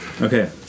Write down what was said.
Okay